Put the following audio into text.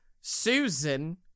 Susan